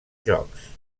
jocs